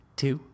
two